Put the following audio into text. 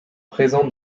présents